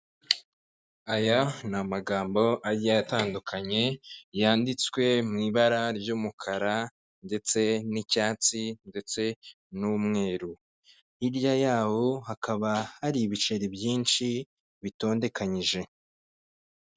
Aya ni amagambo agiye atandukanye yanditswe mu ibara ry' umukara, ndetse n' icyatsi, ndetse n' umweru. Hirya yawo hakaba hari ibiceri byinshi bitondekanyije.